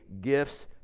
gifts